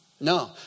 No